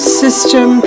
system